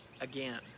again